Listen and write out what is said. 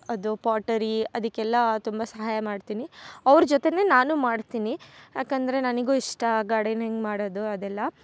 ಅದು ಪಾಟರಿ ಅದಕ್ಕೆಲ್ಲ ತುಂಬ ಸಹಾಯ ಮಾಡ್ತೀನಿ ಅವ್ರ ಜೊತೆಗೇ ನಾನು ಮಾಡ್ತೀನಿ ಯಾಕಂದರೆ ನನಗೂ ಇಷ್ಟ ಗಾರ್ಡನಿಂಗ್ ಮಾಡೋದು ಅದೆಲ್ಲ